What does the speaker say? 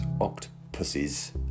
octopuses